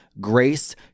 grace